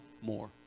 more